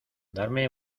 darme